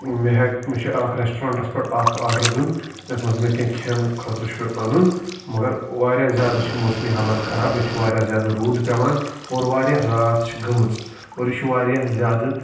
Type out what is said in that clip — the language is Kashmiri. مےٚ ہیٚکہِ مےٚ چھُ اکھ ریسٹرانٛٹس پٮ۪ٹھ اکھ آرڈر دیُن یَتھ منٛز مےٚ کینٛہہ کھٮ۪نہٕ خٲطرٕ چھُ اَنُن مگر واریاہ زیادٕ چھِ موسمی حالات خراب ییٚتہِ چھِ واریاہ زیادٕ روٗد پٮ۪وان اور واریاہ رات چھِ گٔمٕژ اور یہِ چھُ واریاہ زیادٕ